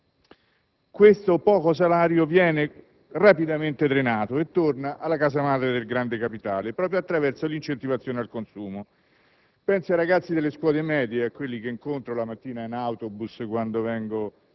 questo scarso salario viene rapidamente drenato e torna alla casa madre del grande capitale proprio attraverso l'incentivazione al consumo. Penso ai ragazzi delle scuole medie, che incontro la mattina in autobus quando vengo